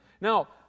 Now